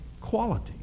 quality